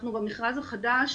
אנחנו במכרז החדש